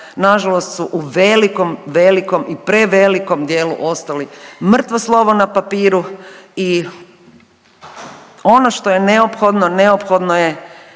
nažalost su u velikom, velikom i prevelikom dijelu ostali mrtvo slovo na papiru i ono što je neophodno, neophodno je